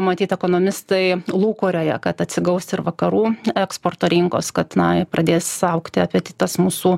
matyt ekonomistai lūkuriuoja kad atsigaus ir vakarų eksporto rinkos kad na pradės augti apetitas mūsų